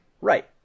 right